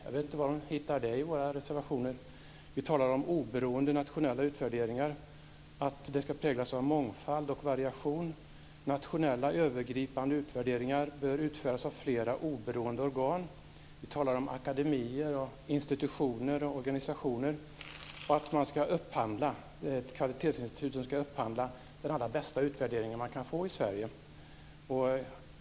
Jag vet inte var hon hittar det i våra reservationer. Vi talar om oberoende nationella utvärderingar, om att dessa ska präglas av mångfald och variation. Vi säger att nationella, övergripande utvärderingar bör utföras av flera, oberoende organ. Vi talar om akademier, institutioner och organisationer och om att ett kvalitetsinsitut ska upphandla den allra bästa utvärderingen man kan få i Sverige.